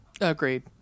agreed